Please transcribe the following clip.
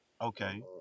Okay